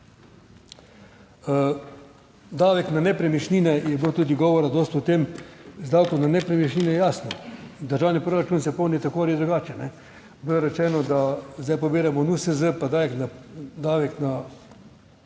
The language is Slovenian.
Davek na nepremičnine, je bilo tudi govora dosti o tem, z davkom na nepremičnine. Je jasno, državni proračun se polni, tako ali drugače. Bilo je rečeno, da zdaj pobiramo NUSZ, davek na nepremičnine